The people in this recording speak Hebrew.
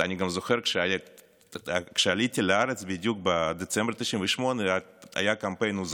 אני גם זוכר שכשעליתי לארץ בדצמבר 1998 בדיוק היה קמפיין "הוא זכאי".